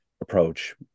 approach